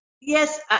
Yes